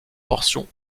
portions